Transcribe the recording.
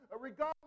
regardless